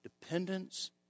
dependence